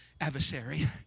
adversary